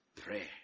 Pray